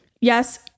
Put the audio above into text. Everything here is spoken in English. yes